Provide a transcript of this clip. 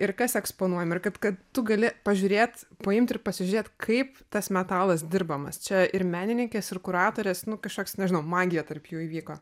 ir kas eksponuojama ir kaip kad tu gali pažiūrėt paimt ir pasižiūrėt kaip tas metalas dirbamas čia ir menininkės ir kuratorės kažkoks nežinau magija tarp jų įvyko